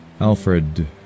Alfred